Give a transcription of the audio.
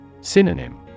Synonym